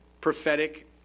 prophetic